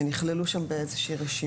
שנכללו שם באיזו שהיא רשימה.